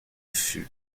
fût